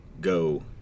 go